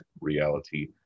reality